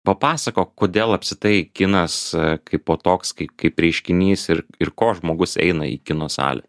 papasakok kodėl apskritai kinas kaipo toks kaip kaip reiškinys ir ir ko žmogus eina į kino salę